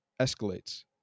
escalates